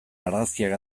argazkiak